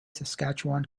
saskatchewan